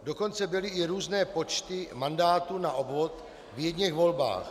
Dokonce byly i různé počty mandátů na obvod v jedněch volbách.